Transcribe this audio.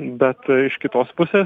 bet iš kitos pusės